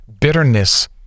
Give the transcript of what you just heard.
bitterness